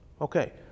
Okay